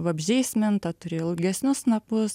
vabzdžiais minta turi ilgesnius snapus